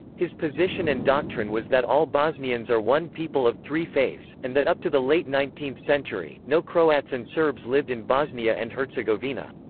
his position and doctrine was that all bosnians are one people of three faiths, and that up to the late nineteenth century, no croats and serbs lived in bosnia and herzegovina.